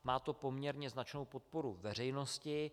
Má to poměrně značnou podporu veřejnosti.